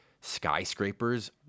skyscrapers